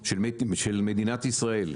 של מדינת ישראל,